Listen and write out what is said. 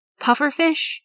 Pufferfish